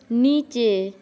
নিচে